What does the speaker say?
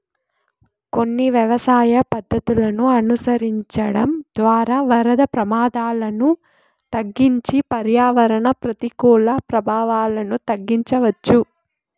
కొన్ని వ్యవసాయ పద్ధతులను అనుసరించడం ద్వారా వరద ప్రమాదాలను తగ్గించి పర్యావరణ ప్రతికూల ప్రభావాలను తగ్గించవచ్చు